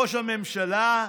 ראש הממשלה,